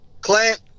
Clint